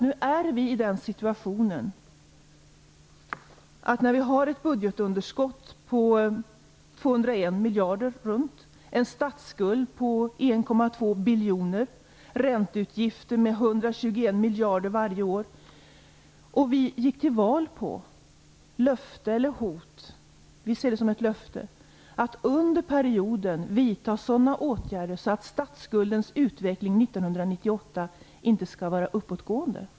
Vi är i den situationen att vi har ett budgetunderskott på ca 201 miljarder, en statsskuld på 1,2 biljoner och ränteutgifter på 121 miljarder varje år. Vi gick till val på löftet eller hotet - vi ser det som ett löfte - att under perioden vidta sådana åtgärder att statsskuldens utveckling 1998 inte skall vara uppåtgående.